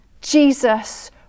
Jesus